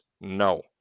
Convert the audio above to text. No